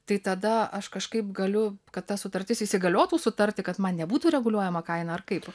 tai tada aš kažkaip galiu kad ta sutartis įsigaliotų sutarti kad man nebūtų reguliuojama kaina ar kaip